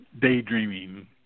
daydreaming